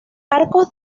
arcos